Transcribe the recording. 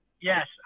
Yes